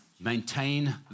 Maintain